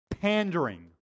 pandering